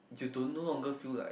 you don't no longer feel like